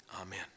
amen